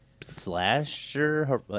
slasher